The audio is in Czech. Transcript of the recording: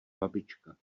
babička